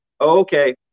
Okay